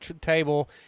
table